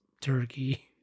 Turkey